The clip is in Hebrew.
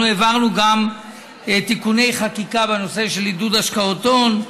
אנחנו העברנו גם תיקוני חקיקה בנושא של עידוד השקעות הון: